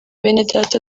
benedata